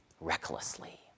recklessly